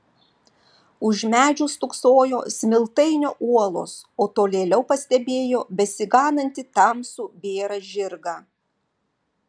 už medžių stūksojo smiltainio uolos o tolėliau pastebėjo besiganantį tamsų bėrą žirgą